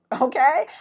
Okay